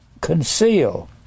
conceal